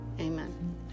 Amen